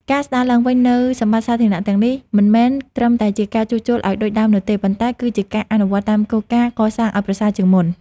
ការស្តារឡើងវិញនូវសម្បត្តិសាធារណៈទាំងនេះមិនមែនត្រឹមតែជាការជួសជុលឱ្យដូចដើមនោះទេ ប៉ុន្តែគឺជាការអនុវត្តតាមគោលការណ៍ កសាងឱ្យប្រសើរជាងមុន។